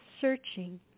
searching